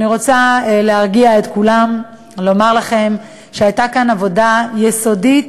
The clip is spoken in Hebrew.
אני רוצה להרגיע את כולם ולומר לכם שהייתה כאן עבודה יסודית,